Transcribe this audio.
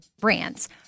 brands